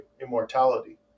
immortality